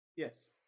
Yes